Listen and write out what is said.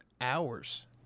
hours